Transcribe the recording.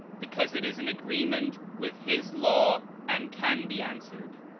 because it is in agreement with his law and can be answered.